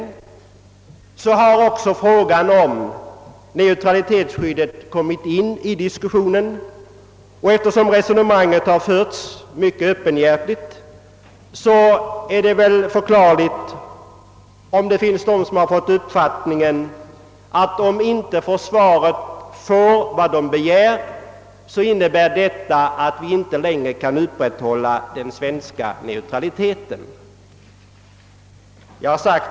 I denna diskussion har också frågan om neutralitetsskyddet kommit in. Eftersom resonemanget förts mycket öppenhjärtigt är det väl förklarligt om det finns de som har fått uppfattningen att om försvaret inte får vad det begär innebär detta att vi inte längre kan upprätthålla den svenska neutraliteten.